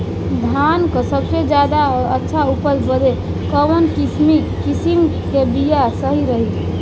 धान क सबसे ज्यादा और अच्छा उपज बदे कवन किसीम क बिया सही रही?